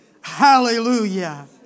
Hallelujah